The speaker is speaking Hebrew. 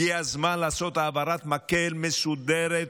הגיע הזמן לעשות העברת מקל מסודרת